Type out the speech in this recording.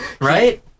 Right